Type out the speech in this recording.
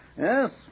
Yes